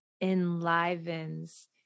enlivens